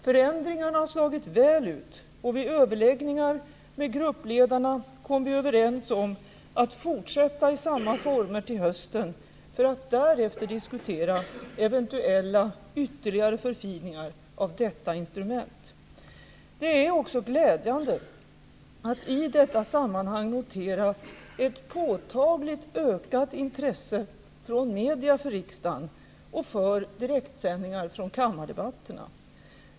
Förändringen har slagit väl ut, och vid överläggningar med gruppledarna kom vi överens om att fortsätta i samma former till hösten, för att därefter diskutera eventuella ytterligare förfiningar av detta instrument. Det är också glädjande att i detta sammanhang notera ett påtagligt ökat intresse från medierna för riksdagen och för direktsändningar från kammardebatterna.